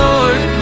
Lord